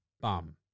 bum